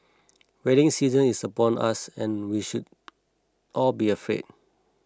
wedding season is upon us and we should all be afraid